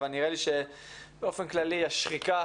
אבל נראה לי שבאופן כללי השחיקה